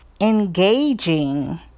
engaging